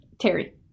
Terry